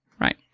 right